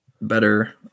better